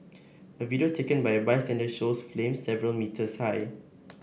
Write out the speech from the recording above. a video taken by a bystander shows flames several metres high